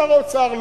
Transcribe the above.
שר האוצר,